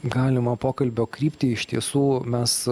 galimo pokalbio kryptį iš tiesų mes